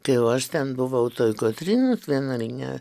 tai jau aš ten buvau toj kotrynos vienuolyne